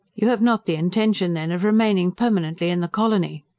you have not the intention, then, of remaining permanently in the colony?